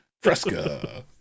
Fresca